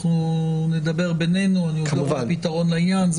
נדבר בינינו, אני עוד לא רואה פתרון לעניין.